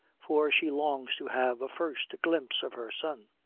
for she longs to have a first glimpse of her son.